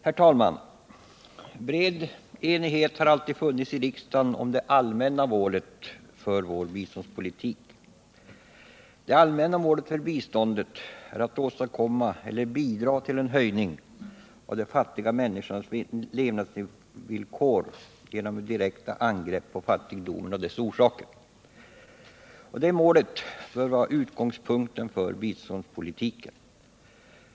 Herr talman! I riksdagen har det alltid funnits bred enighet om det allmänna målet för vår biståndspolitik. Det allmänna målet för biståndet är att genom direkta angrepp på fattigdomen och dess orsaker åstadkomma eller bidra till en höjning av de fattiga människornas levnadsvillkor. Detta mål bör vara utgångspunkten för biståndspolitiken.